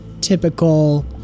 typical